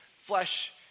flesh